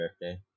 Birthday